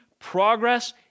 progress